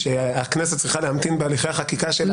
אתה הסכמת בדיונים,